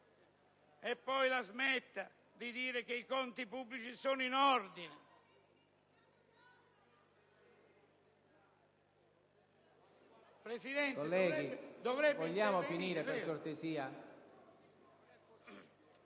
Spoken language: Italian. E poi, la smetta di dire che i conti pubblici sono in ordine...